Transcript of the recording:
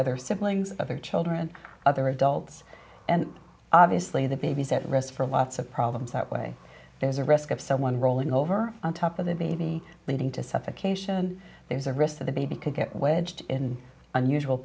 other siblings other children other adults and obviously the baby's at risk for lots of problems that way there's a risk of someone rolling over on top of the baby leading to suffocation there's a risk that the baby could get